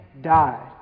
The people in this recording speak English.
died